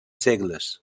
segles